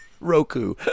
Roku